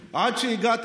אם רע לכם כל כך פה.